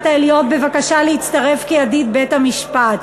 העליון בבקשה להצטרף כידיד בית-המשפט.